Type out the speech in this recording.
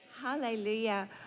Hallelujah